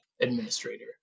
administrator